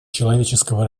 человеческого